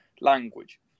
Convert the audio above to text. language